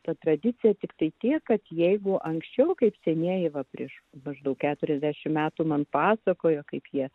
ta tradicija tiktai tiek kad jeigu anksčiau kaip senieji va prieš maždaug keturiasdešim metų man pasakojo kaip jie